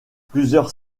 plusieurs